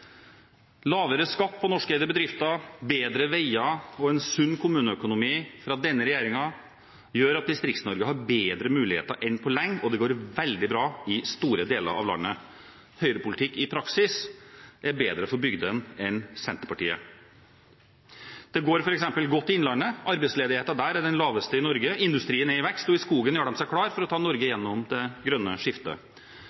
Lavere skatt på norskeide bedrifter, bedre veier og en sunn kommuneøkonomi fra denne regjeringen gjør at Distrikts-Norge har bedre muligheter enn på lenge, og det går veldig bra i store deler av landet. Høyrepolitikk i praksis er bedre for bygdene enn Senterpartiet. Det går godt f.eks. i Innlandet, arbeidsledigheten der er den laveste i Norge, industrien er i vekst, og i skogen gjør de seg klare for å ta Norge